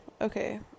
Okay